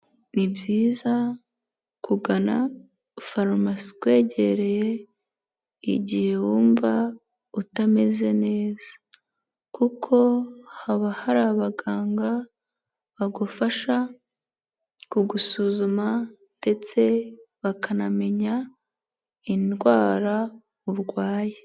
Ni byizayiza , kugana, farumasi ikwegereye, igihe wumva, utameze neza kuko haba hari abaganga, bagufasha, kugusuzuma ndetse bakanamenya, indwara, urwaye.